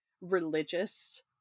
religious